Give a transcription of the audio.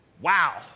wow